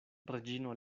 reĝino